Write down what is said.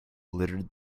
littered